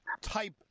type